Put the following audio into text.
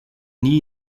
nie